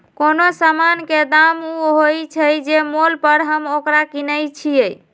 कोनो समान के दाम ऊ होइ छइ जे मोल पर हम ओकरा किनइ छियइ